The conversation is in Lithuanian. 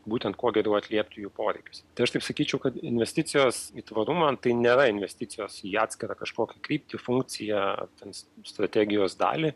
būtent kuo geriau atliepti jų poreikius tai aš taip sakyčiau kad investicijos į tvarumą tai nėra investicijos į atskirą kažkokią kryptį funkciją ar ten strategijos dalį